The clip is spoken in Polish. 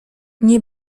nie